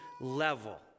level